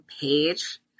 Page